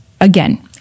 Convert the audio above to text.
again